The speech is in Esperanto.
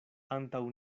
antaŭ